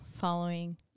following